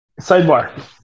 Sidebar